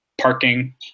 parking